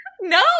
No